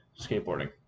skateboarding